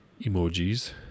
emojis